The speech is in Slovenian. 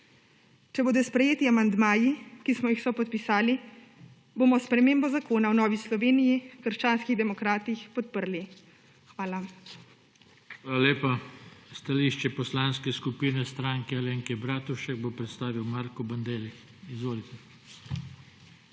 Če bodo sprejeti amandmaji, ki smo jih sopodpisali, bomo spremembo zakona v Novi Sloveniji – krščanskih demokratih podprli. Hvala. PODPREDSEDNIK JOŽE TANKO: Hvala lepa. Stališče Poslanske skupine Stranke Alenke Bratušek bo predstavil Marko Bandelli. Izvolite.